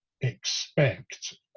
expect